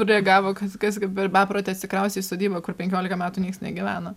reagavo kas kas gi per beprotė atsikraustė į sodybą kur penkiolika metų nieks negyvena